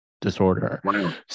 disorder